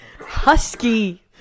husky